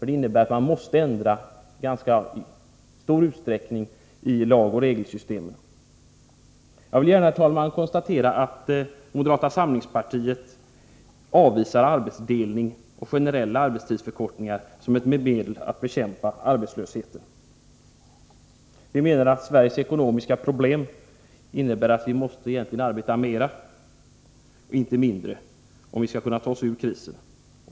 Det innebär nämligen att man i ganska stor utsträckning måste ändra i lagoch regelsystemen. Herr talman! Jag vill gärna slå fast att moderata samlingspartiet avvisar arbetsdelning och generella arbetstidsförkortningar som medel att bekämpa arbetslösheten. Vi menar att Sveriges ekonomiska problem egentligen innebär att vi måste arbeta mera och inte mindre om vi skall kunna ta oss ur krisen.